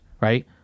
right